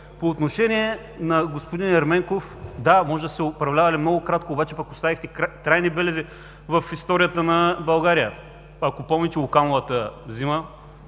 По отношение на господин Ерменков, да, може да сте управлявали много кратко, обаче пък оставихте трайни белези в историята на България. Ако помните Лукановата зима,